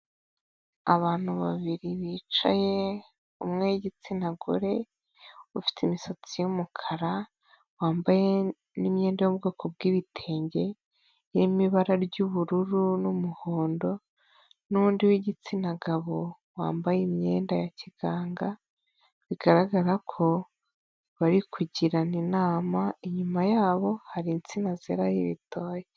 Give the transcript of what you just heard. Abantu babiri bicaye umwe w'igitsina gore ufite imisatsi y'umukara, wambaye imyenda y'ubwoko bw'ibitenge irimo ibara ry'ubururu n'umuhondo, n'undi w'igitsina gabo wambaye imyenda ya kiganga, bigaragara ko bari kugirana inama, inyuma yabo hari insina zeraho ibitoki.